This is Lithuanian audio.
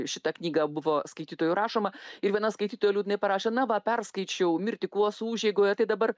šitą knygą buvo skaitytojų rašoma ir viena skaitytoja liūdnai parašė na va perskaičiau mirtį kuosų užeigoje tai dabar